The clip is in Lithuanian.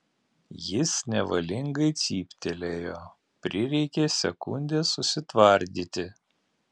jis nevalingai cyptelėjo prireikė sekundės susitvardyti